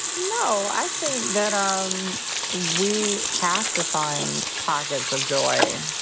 no, i think that um we have to find pockets of joy.